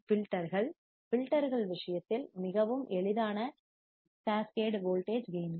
ஃபில்டர்கள் ஃபில்டர்கள் விஷயத்தில் மிகவும் எளிதான கேஸ் கேடட் வோல்டேஜ் கேயின்கள்